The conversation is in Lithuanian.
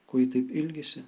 ko ji taip ilgisi